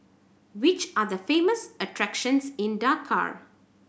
which are the famous attractions in Dakar